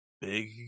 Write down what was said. Big